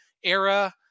Era